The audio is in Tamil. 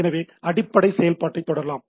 எனவே அடிப்படை செயல்பாட்டைத் தொடரலாம்